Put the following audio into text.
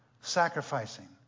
sacrificing